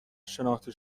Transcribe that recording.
شناخته